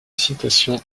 citation